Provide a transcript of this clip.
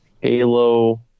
Halo